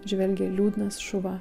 žvelgia liūdnas šuva